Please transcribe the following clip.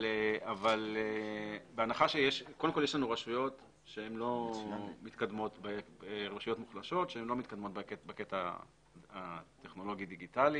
יש לנו רשויות שהן לא מתקדמות בקטע הטכנולוגי דיגיטלי,